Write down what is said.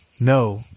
No